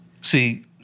See